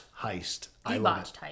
heist